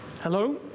Hello